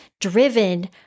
driven